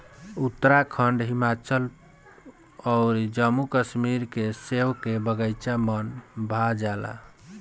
उत्तराखंड, हिमाचल अउर जम्मू कश्मीर के सेब के बगाइचा मन भा जाला